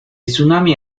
tsunami